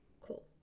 cool